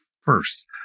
first